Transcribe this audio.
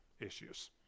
issues